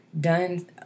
done